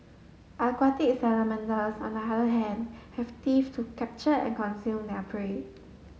aquatic salamanders on the other hand have teeth to capture and consume their prey